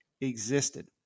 existed